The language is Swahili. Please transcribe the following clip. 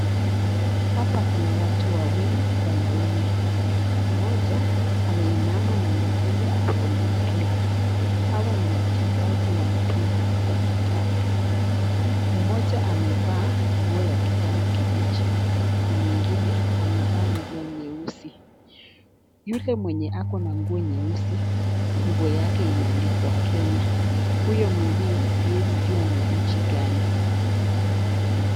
Hapa kuna watu wawili wanaume. Mmoja ameinama na mwingine ako na mpira. Hawa ni wachezaji wa mpira ya kikapu. Mmoja amevaa nguo ya kijani kibichi na mwingine amevaa nguo nyeusi. Yule mwenye ako na nguo nyeusi nguo yake imeandikwa Kenya. Huyo mwingine siwezi jua ni ya nchi gani.